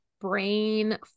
brain